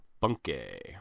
funky